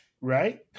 Right